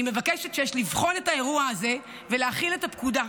אני מבקשת לבחון את האירוע הזה ולהחיל את הפקודה.